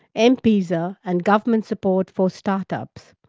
m-pesa and government support for start-ups.